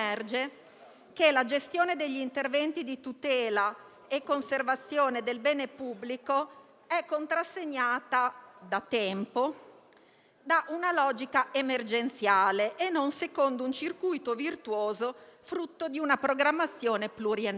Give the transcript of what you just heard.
che la gestione degli interventi di tutela e conservazione del bene pubblico è contrassegnata da tempo da una logica emergenziale e non da un circuito virtuoso frutto di una programmazione pluriennale.